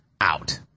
out